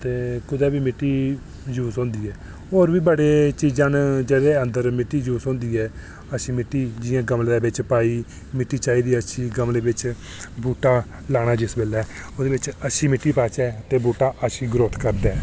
ते कुदै बी मिट्टी यूज़ होंदी ऐ ते होर बी बड़े चीज़ां न जेह्दे अंदर मित्ती यूज़ होंदी ऐ अच्छी मिट्टी जि'यां गमलै बिच पाई मिट्टी चाही दी अच्छी गमलै बिच बूह्टा लाना जिस बेल्लै ओह्दे बिच अच्छी मिट्टी पाचै ते बूह्टा अच्छी ग्रोथ करदा ऐ